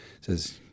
says